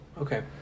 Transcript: Okay